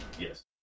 Yes